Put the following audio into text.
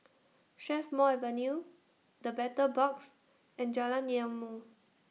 Strathmore Avenue The Battle Box and Jalan Ilmu